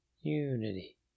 unity